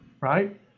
right